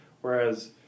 whereas